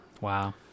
Wow